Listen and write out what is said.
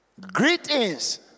Greetings